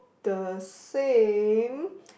the same